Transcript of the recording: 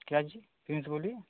क्या चीज़ फिर से बोलिए